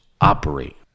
operate